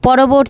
পরবর্তী